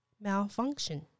malfunction